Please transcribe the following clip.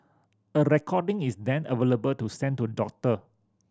a recording is then available to send to a doctor